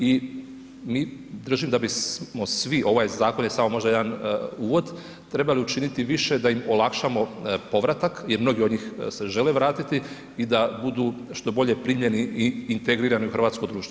I mi držim da bismo svi, ovaj zakon je samo možda jedan uvod, trebali učiniti više da im olakšamo povratak jer mnogi od njih se žele vratiti i da budu što bolje primljeni i integrirani u hrvatsko društvo.